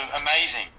amazing